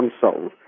console